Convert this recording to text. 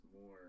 more